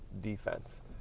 defense